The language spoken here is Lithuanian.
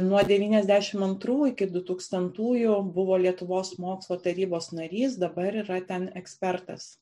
nuo devyniasdešim antrų iki du tūkstantųjų buvo lietuvos mokslo tarybos narys dabar yra ten ekspertas